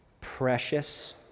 precious